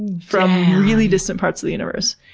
from really distant parts of the universe.